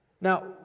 Now